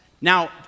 Now